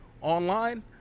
online